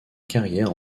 carrière